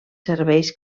serveis